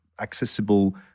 accessible